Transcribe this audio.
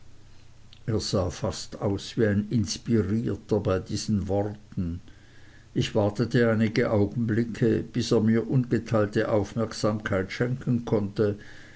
er sah fast wie ein inspirierter aus bei diesen worten ich wartete einige augenblicke bis er mir ungeteilte aufmerksamkeit schenken konnte